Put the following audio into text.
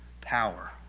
power